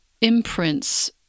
imprints